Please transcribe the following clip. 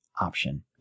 option